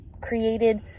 created